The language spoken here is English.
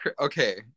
okay